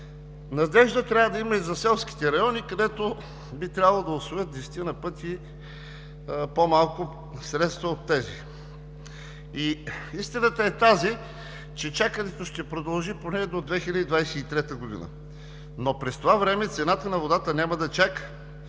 Надежда трябва да има и за селските райони, където би трябвало да усвоят десетина пъти по-малко средства от тези. Истината е тази, че чакането ще продължи поне до 2023 г., но през това време цената на водата няма да чака,